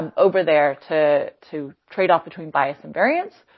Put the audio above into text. um over there to to trade off between bias and variance,